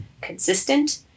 consistent